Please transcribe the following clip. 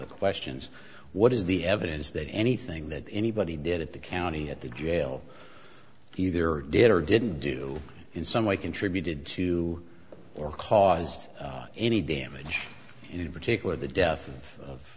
the questions what is the evidence that anything that anybody did at the county at the jail either did or didn't do in some way contributed to or caused any damage in particular the death of